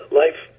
life